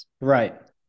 Right